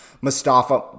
Mustafa